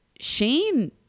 Shane